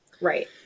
Right